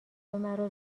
مرا